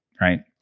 Right